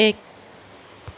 एक